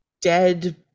dead